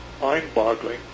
mind-boggling